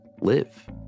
live